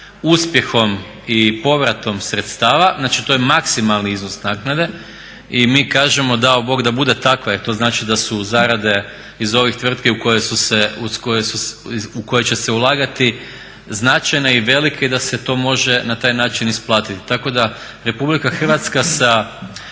uspjehom i povratom sredstava. Znači, to je maksimalni iznos naknade. I mi kažemo dao Bog da bude takva jer to znači da su zarade iz ovih tvrtki u koje će se ulagati značajne i velike i da se to može na taj način isplatiti. Tako da RH sa